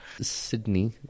Sydney